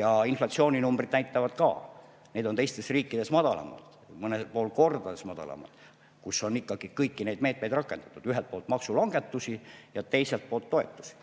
Ja inflatsiooninumbrid näitavad seda ka: need on teistes riikides madalamad. Mõnel pool kordades madalamad, kus on ikkagi kõiki neid meetmeid rakendatud – ühelt poolt maksulangetusi ja teiselt poolt toetusi.